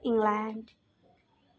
England